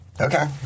Okay